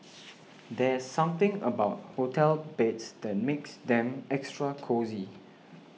there's something about hotel beds that makes them extra cosy